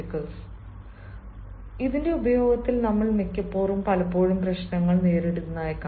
ആർട്ടികിൽ ഉപയോഗത്തിൽ നമ്മളിൽ മിക്കവരും പലപ്പോഴും പ്രശ്നങ്ങൾ നേരിടുന്നു